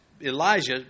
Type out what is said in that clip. Elijah